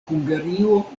hungario